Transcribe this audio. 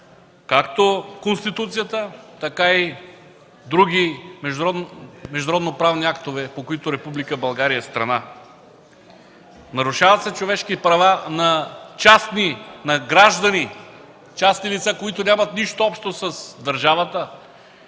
както Конституцията, така и международноправни актове, по които Република България е страна. Нарушават се човешки права – на граждани, частни лица, които нямат нищо общо с държавата